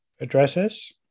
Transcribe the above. addresses